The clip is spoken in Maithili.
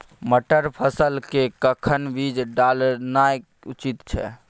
मटर फसल के कखन बीज डालनाय उचित छै?